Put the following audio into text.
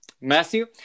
Matthew